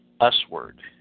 us-word